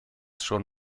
schon